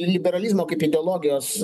liberalizmo kaip ideologijos